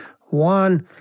One